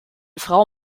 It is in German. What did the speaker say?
frau